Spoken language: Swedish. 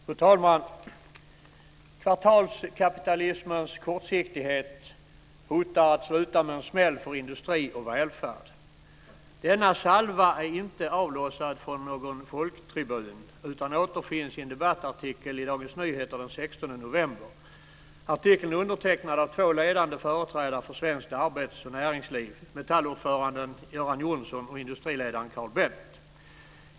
Fru talman! Kvartalskapitalismens kortsiktighet hotar att sluta med en smäll för industri och välfärd. Denna salva är inte avlossad från någon folktribun utan återfinns i en debattartikel i Dagens Nyheter den 16 november. Artikeln är undertecknad av två ledande företrädare för svenskt arbets och näringsliv, Metallordföranden Göran Johnsson och industriledaren Carl Bennet.